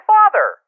Father